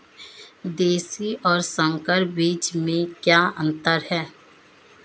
देशी और संकर बीज में क्या अंतर है?